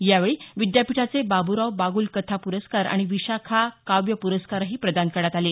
यावेळी विद्यापीठाचे बाब्राव बागुल कथा पुरस्कार आणि विशाखा काव्य पुरस्कारही प्रदान करण्यात आले